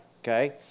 okay